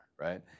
right